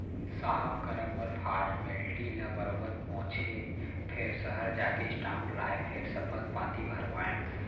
साहब करा मोर फारमेल्टी ल बरोबर पूछें फेर सहर जाके स्टांप लाएँ फेर सपथ पाती भरवाएंव